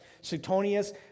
Suetonius